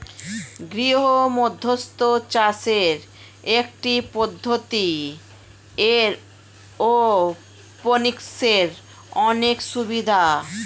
গৃহমধ্যস্থ চাষের একটি পদ্ধতি, এরওপনিক্সের অনেক সুবিধা